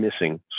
missing